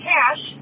Cash